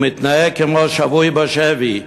ומתנהג כמו שבוי בשבי.